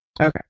Okay